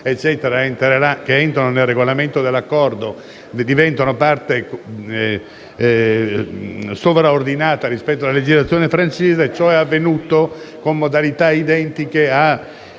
entrerà nel regolamento dell'accordo, diventandone parte sovraordinata rispetto alla legislazione francese e ciò è avvenuto con modalità identiche